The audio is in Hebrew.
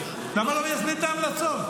למה לא מיישמים את ההמלצות?